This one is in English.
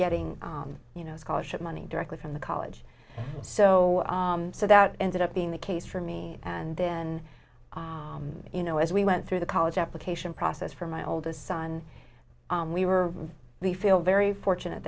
getting you know scholarship money directly from the college so so that ended up being the case for me and then you know as we went through the college application process for my oldest son we were we feel very fortunate